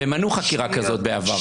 והם מנעו חקירה כזאת בעבר.